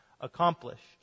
accomplished